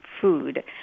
food